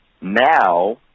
Now